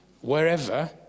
wherever